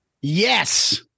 Yes